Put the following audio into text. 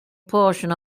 portion